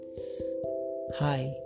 Hi